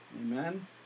Amen